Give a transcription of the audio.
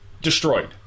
Destroyed